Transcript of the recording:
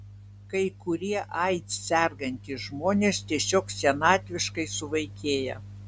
kai kurie aids sergantys žmonės tiesiog senatviškai suvaikėja